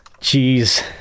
Jeez